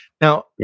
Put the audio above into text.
Now